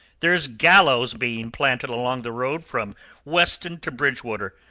there's gallows being planted along the road from weston to bridgewater,